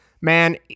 man